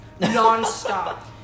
nonstop